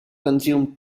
consume